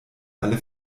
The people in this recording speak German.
alle